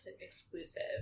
exclusive